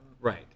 Right